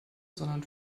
sondern